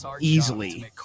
easily